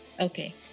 Okay